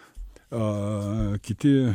a kiti